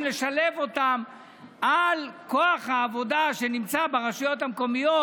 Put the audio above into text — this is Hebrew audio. לשלב אותם על כוח העבודה שנמצא ברשויות המקומית